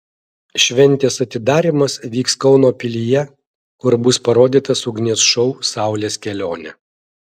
šventės atidarymas vyks kauno pilyje kur bus parodytas ugnies šou saulės kelionė